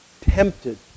tempted